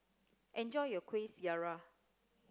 enjoy your Kuih Syara